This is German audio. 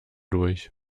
durch